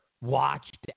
watched